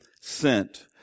sent